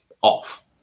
off